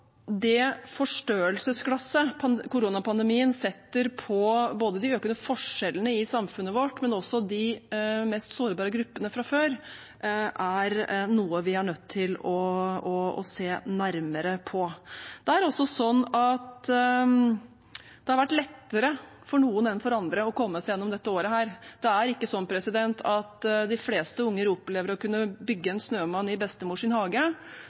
koronapandemien setter på de økte forskjellene i samfunnet vårt, men også de gruppene som var mest sårbare fra før, er noe vi er nødt til å se nærmere på. Det er også sånn at det har vært lettere for noen enn for andre å komme seg gjennom dette året. Det er ikke sånn at de fleste unger opplever å kunne bygge en snømann i bestemors hage.